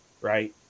Right